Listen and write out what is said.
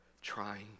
trying